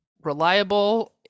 reliable